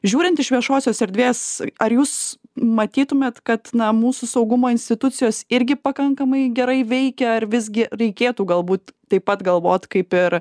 žiūrint iš viešosios erdvės ar jūs matytumėt kad na mūsų saugumo institucijos irgi pakankamai gerai veikia ar visgi reikėtų galbūt taip pat galvoti kaip ir